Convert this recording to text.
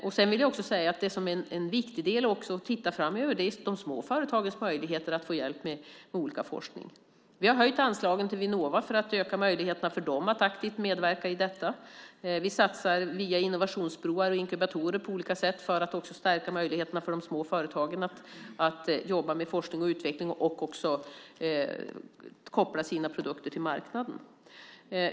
Jag vill också säga att en viktig del att framöver titta på är de små företagens möjligheter att få hjälp med olika typer av forskning. Vi har höjt anslagen till Vinnova för att öka möjligheterna för dem att aktivt medverka i detta. Vi satsar också via innovationsbroar och inkubatorer på olika sätt för att stärka de små företagens möjligheter att jobba med forskning och utveckling och att koppla sina produkter till marknaden.